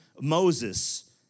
Moses